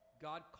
God